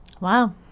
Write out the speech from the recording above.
Wow